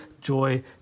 joy